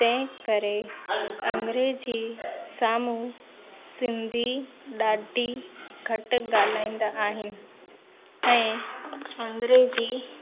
तंहिं करे अंग्रेजी साम्हूं सिंधी ॾाढी घटि ॻाल्हाईंदा आहिनि ऐं अंग्रेजी